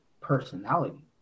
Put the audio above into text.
personality